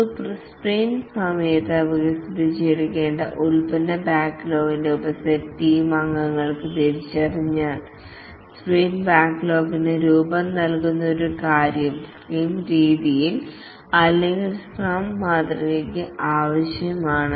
ഒരു സ്പ്രിന്റ് സമയത്ത് വികസിപ്പിച്ചെടുക്കേണ്ട പ്രോഡക്ട് ബാക്ക്ലോഗിന്റെ ഉപസെറ്റ് ടീം അംഗങ്ങൾ തിരിച്ചറിഞ്ഞാൽ സ്പ്രിന്റ് ബാക്ക്ലോഗിന് രൂപം നൽകുന്ന ഒരു കാര്യം സ്ക്രം രീതി അല്ലെങ്കിൽ സ്ക്രം മാതൃകക്ക് ആവശ്യമാണ്